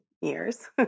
years